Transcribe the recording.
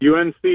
UNC